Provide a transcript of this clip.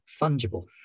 fungible